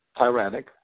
tyrannic